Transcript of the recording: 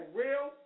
real